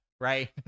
right